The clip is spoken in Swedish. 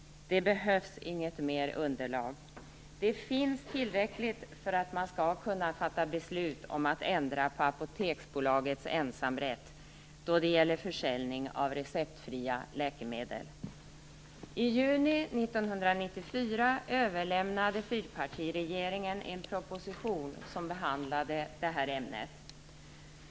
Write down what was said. Det behövs inget mer underlag. Det finns tillräckligt underlag för att man skall kunna fatta beslut om att ändra på Apoteksbolagets ensamrätt när det gäller försäljning av receptfria läkemedel. I juni 1994 överlämnade fyrpartiregeringen en proposition som behandlade detta ämne.